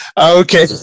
Okay